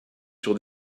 sur